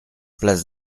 place